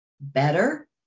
better